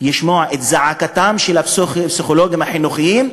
ישמע את זעקתם של הפסיכולוגים החינוכיים,